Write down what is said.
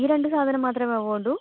ഈ രണ്ട് സാധനം മാത്രമേ വേണ്ടൂ